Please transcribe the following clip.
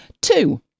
Two